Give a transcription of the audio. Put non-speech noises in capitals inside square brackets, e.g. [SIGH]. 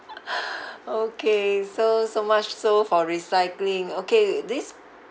[LAUGHS] okay so so much so for recycling okay this